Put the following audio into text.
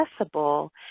accessible